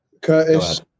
Curtis